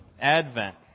Advent